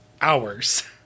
hours